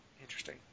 Interesting